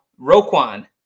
Roquan